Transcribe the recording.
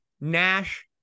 Nash